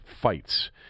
fights